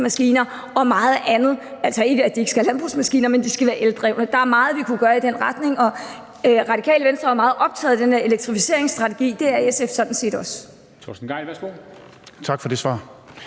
landbrugsmaskiner og meget andet. Altså, det er ikke sådan, at de ikke skal have landbrugsmaskiner, men de skal være eldrevne. Der er meget, vi kunne gøre i den retning. Radikale Venstre er jo meget optaget af den her elektrificeringsstrategi, og det er SF sådan set også.